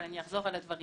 אבל אני אחזור על הדברים.